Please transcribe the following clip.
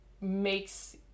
makes